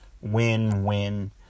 win-win